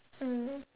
mm